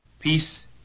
Peace